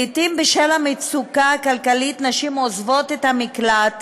לעתים בשל המצוקה הכלכלית נשים עוזבות את המקלט